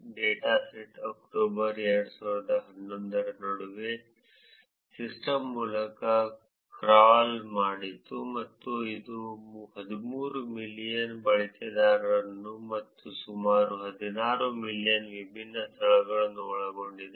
dataset October 2011 ರ ನಡುವೆ system ಮೂಲಕ ಕ್ರಾಲ್ ಮಾಡಿತು ಮತ್ತು ಇದು 13 ಮಿಲಿಯನ್ ಬಳಕೆದಾರರನ್ನು ಮತ್ತು ಸುಮಾರು 16 ಮಿಲಿಯನ್ ವಿಭಿನ್ನ ಸ್ಥಳಗಳನ್ನು ಒಳಗೊಂಡಿದೆ